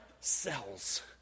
cells